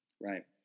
Right